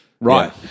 right